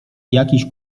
jakiś